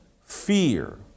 fear